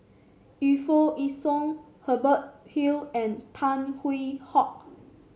Yu Foo Yee Shoon Hubert Hill and Tan Hwee Hock